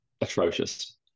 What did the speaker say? atrocious